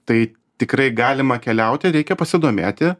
tai tikrai galima keliauti reikia pasidomėti